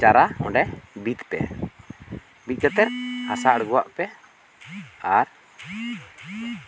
ᱪᱟᱨᱟ ᱚᱸᱰᱮ ᱵᱤᱫ ᱯᱮ ᱵᱤᱫ ᱠᱟᱛᱮᱜ ᱦᱟᱥᱟ ᱟᱬᱜᱩᱣᱟᱜ ᱯᱮ ᱟᱨ